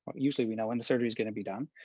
usually we know when the surgery is gonna be done,